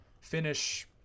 finish